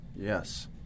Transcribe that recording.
Yes